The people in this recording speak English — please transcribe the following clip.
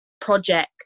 project